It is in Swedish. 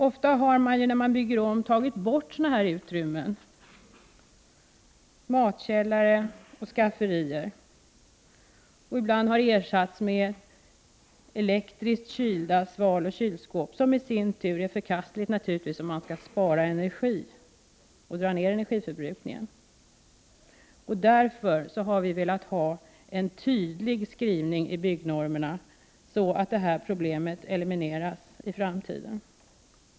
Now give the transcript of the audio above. När man byggt om har man ofta tagit bort matkällare och skafferi, som ibland har ersatts med elektriskt kylda svaloch kylskåp, vilket naturligtvis är förkastligt, om man skall spara el och dra ner energiförbrukningen. Därför har vi velat ha en tydlig skrivning i byggnormerna, så att detta problem elimineras i framtiden.